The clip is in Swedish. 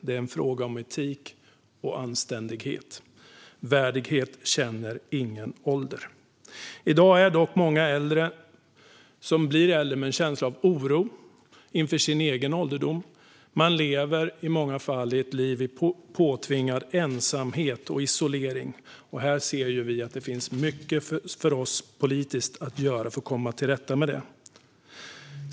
Det är en fråga om etik och anständighet. Värdighet känner ingen ålder. I dag är det dock många som blir äldre med en känsla av oro inför sin egen ålderdom. Man lever i många fall ett liv i påtvingad ensamhet och isolering. Vi ser att det finns mycket för oss att göra politiskt för att komma till rätta med detta.